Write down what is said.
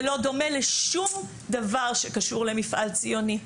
זה לא דומה לשום דבר שקשור למפעל ציוני,